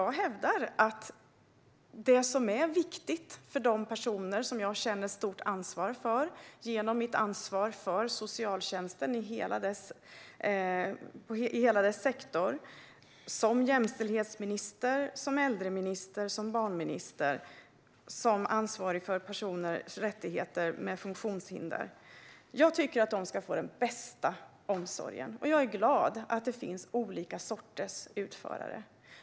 Genom mitt ansvar för socialtjänsten i hela sektorn, som jämställdhets, äldre och barnminister och som ansvarig för rättigheterna för personer med funktionshinder hävdar jag att det viktiga för de personer som jag har ett ansvar för är att de får den bästa omsorgen. Jag är glad över att det finns olika slags utförare.